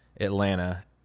Atlanta